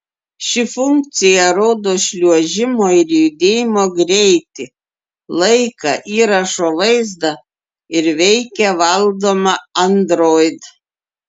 ši funkcija rodo šliuožimo ir judėjimo greitį laiką įrašo vaizdą ir veikia valdoma android